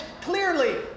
clearly